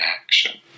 action